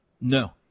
No